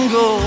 go